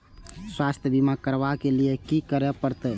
स्वास्थ्य बीमा करबाब के लीये की करै परतै?